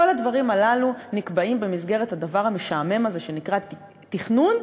כל הדברים הללו נקבעים במסגרת הדבר המשעמם הזה שנקרא תכנון,